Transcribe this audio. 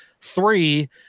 three